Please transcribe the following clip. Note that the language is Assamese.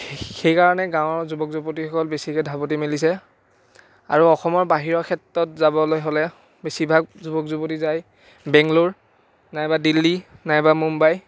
সেইকাৰণে গাঁৱৰ যুৱক যুৱতীসকল বেছিকে ধাউতি মেলিছে আৰু অসমৰ বাহিৰৰ ক্ষেত্ৰত যাবলৈ হ'লে বেছিভাগ যুৱক যুৱতী যায় বেংগলোৰ নাইবা দিল্লী নাইবা মুম্বাই